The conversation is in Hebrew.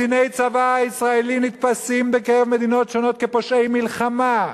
קציני צבא ישראלים נתפסים בקרב מדינות שונות כפושעי מלחמה.